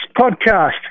Podcast